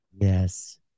Yes